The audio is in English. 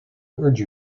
urge